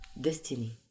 destiny